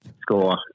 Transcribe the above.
Score